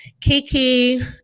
Kiki